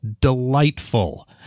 delightful